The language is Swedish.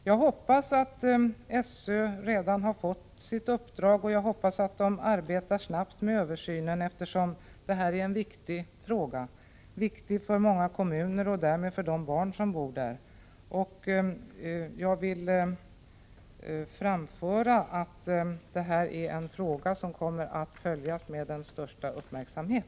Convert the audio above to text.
Jag hoppas att SÖ redan har fått sitt uppdrag, och jag hoppas att man arbetar snabbt med översynen, eftersom detta är en viktig fråga för många kommuner och därmed för de barn som bor där. Jag vill framföra att det här är en fråga som kommer att följas med största uppmärksamhet.